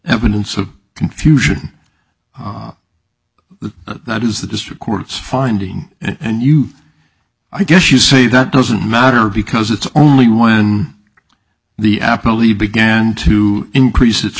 evidence of confusion the that is the district court's finding and you i guess you say that doesn't matter because it's only when the apple e began to increase it